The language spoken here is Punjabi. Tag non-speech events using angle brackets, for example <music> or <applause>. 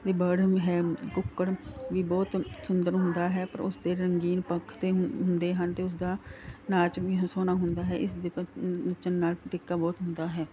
ਬਰਡ ਹੈ ਕੁੱਕੜ ਵੀ ਬਹੁਤ ਸੁੰਦਰ ਹੁੰਦਾ ਹੈ ਪਰ ਉਸਦੇ ਰੰਗੀਨ ਪੰਖ 'ਤੇ ਹੁੰਦੇ ਹਨ ਅਤੇ ਉਸਦਾ ਨਾਚ ਵੀ ਸੋਹਣਾ ਹੁੰਦਾ ਹੈ ਇਸਦੇ ਨੱਚਣ ਨਾਲ <unintelligible> ਬਹੁਤ ਹੁੰਦਾ ਹੈ